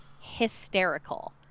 hysterical